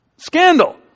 Scandal